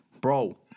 Bro